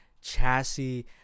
chassis